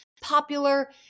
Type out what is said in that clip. popular